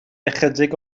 ychydig